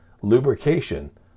lubrication